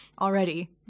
already –